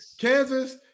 Kansas